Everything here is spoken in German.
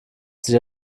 sich